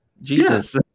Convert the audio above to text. Jesus